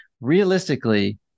realistically